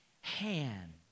Hand